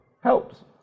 helps